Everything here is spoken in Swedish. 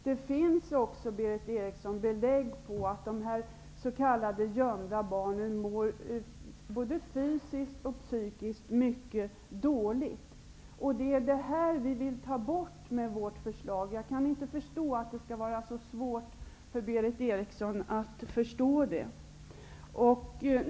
Det finns också, Berith Eriksson, belägg för att de s.k. gömda barnen mår både fysiskt och psykiskt mycket dåligt. Detta vill vi genom vårt förslag förändra. Jag kan inte förstå att det för Berith Eriksson skall vara så svårt att inse detta.